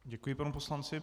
Děkuji pan poslanci.